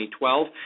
2012